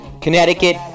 Connecticut